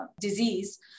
disease